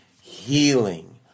healing